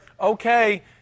okay